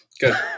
Good